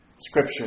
Scripture